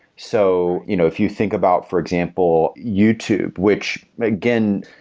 so you know if you think about, for example youtube, which again,